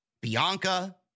Bianca